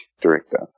director